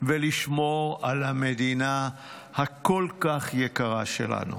ולשמור על המדינה הכל-כך יקרה שלנו.